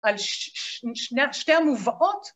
‫על שני המובאות?